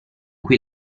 cui